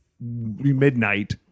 midnight